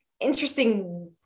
interesting